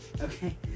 okay